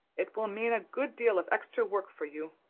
it will mean a good deal of extra work for you.